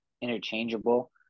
interchangeable